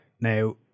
Now